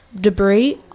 debris